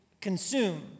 consume